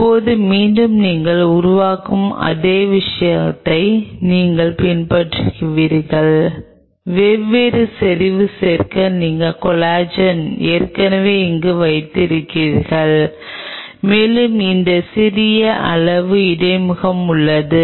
இப்போது மீண்டும் நீங்கள் உருவாக்கும் அதே விஷயத்தை நீங்கள் பின்பற்றுகிறீர்கள் வெவ்வேறு செறிவு சேர்க்க நீங்கள் கொலாஜன் ஏற்கனவே அங்கு வந்துள்ளீர்கள் மேலும் இந்த சிறிய அளவு இடையகமும் உள்ளது